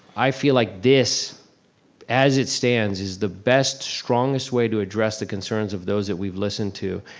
i feel like this as it stands is the best, strongest way to address the concerns of those that we've listened to.